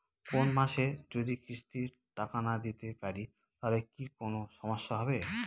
কোনমাসে যদি কিস্তির টাকা না দিতে পারি তাহলে কি কোন সমস্যা হবে?